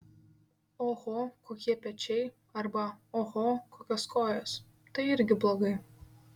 oho kokie pečiai arba oho kokios kojos tai irgi blogai